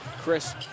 Chris